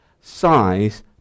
Size